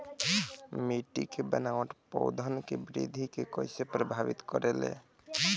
मिट्टी के बनावट पौधन के वृद्धि के कइसे प्रभावित करे ले?